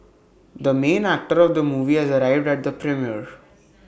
the main actor of the movie has arrived at the premiere